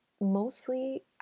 mostly